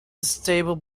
stable